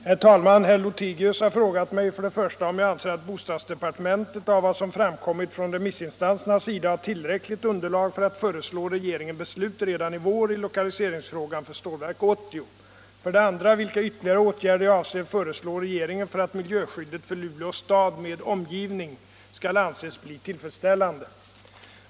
Herr talman! Herr Lothigius har frågat mig 1. om jag anser att bostadsdepartementet av vad som framkommit från remissinstansernas sida har tillräckligt underlag för att föreslå regeringen beslut redan i vår i lokaliseringsfrågan för Stålverk 80, 2. vilka ytterligare åtgärder jag avser föreslå regeringen för att miljöskyddet för Luleå stad med omgivning skall anses bli tillfredsställande.